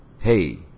hey